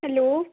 hello